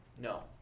No